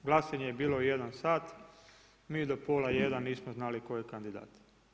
Glasanje je bilo u 1 sat, mi do pola 1 nismo znali tko je kandidat.